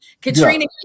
Katrina